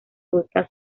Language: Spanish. frutas